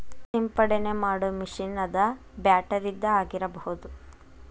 ಸಿಂಪಡನೆ ಮಾಡು ಮಿಷನ್ ಅದ ಬ್ಯಾಟರಿದ ಆಗಿರಬಹುದ